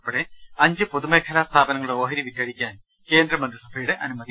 ഉൾപ്പെടെ അഞ്ച് പൊതുമേഖലാ സ്ഥാപനങ്ങളുടെ ഓഹരി വിറ്റഴിക്കാൻ കേന്ദ്രമന്ത്രിസഭയുടെ അനുമതി